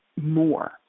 more